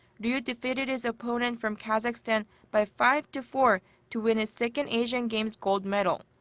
ryu defeated his opponent from kazakhstan by five to four to win his second asian games gold medal.